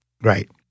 Right